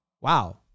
Wow